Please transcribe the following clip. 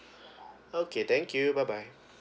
okay thank you bye bye